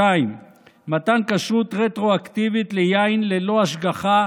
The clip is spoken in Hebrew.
2. מתן כשרות רטרואקטיבית ליין ללא השגחה,